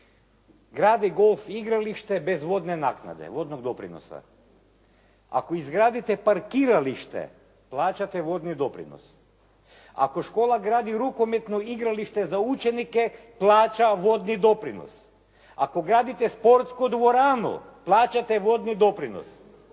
grade golf igralište bez vodne naknade, vodnog doprinosa. Ako izgradite parkiralište, plaćate vodni doprinos, ako škola gradi rukometno igralište za učenike, plaća vodni doprinos. Ako gradite sportsku dvoranu, plaćate vodni doprinos,